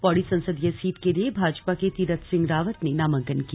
पौड़ी संसदीय सीट के लिए भाजपा के तीरथ सिंह रावत ने नामांकन किया